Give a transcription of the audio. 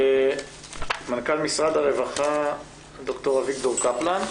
מנכ"ל משרד הרווחה, דוקטור אביגדור קפלן.